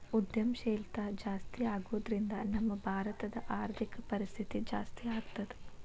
ಉದ್ಯಂಶೇಲ್ತಾ ಜಾಸ್ತಿಆಗೊದ್ರಿಂದಾ ನಮ್ಮ ಭಾರತದ್ ಆರ್ಥಿಕ ಪರಿಸ್ಥಿತಿ ಜಾಸ್ತೇಆಗ್ತದ